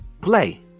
play